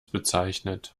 bezeichnet